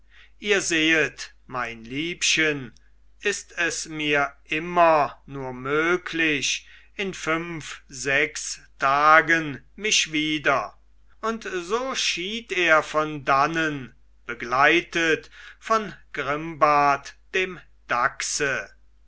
ihr sehet mein liebchen ist es mir immer nur möglich in fünf sechs tagen mich wieder und so schied er von dannen begleitet von grimbart dem dachse